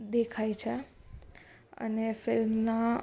દેખાય છે અને ફિલ્મના